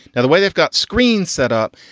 now, the way they've got screens set up,